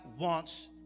wants